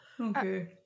Okay